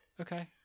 Okay